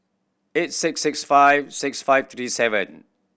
eight six six five six five three seven